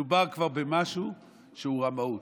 מדובר כבר במשהו שהוא רמאות.